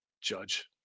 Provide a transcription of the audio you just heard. Judge